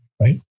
Right